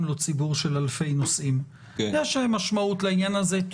לא ציבור של אלפי נוסעים יש משמעות לעניין הזה.